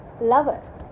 lover